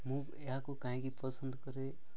ମୁଁ ଏହାକୁ କାହିଁକି ପସନ୍ଦ କରେ